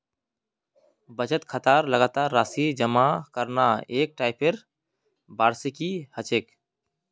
बचत खातात लगातार राशि जमा करना एक टाइपेर वार्षिकी ह छेक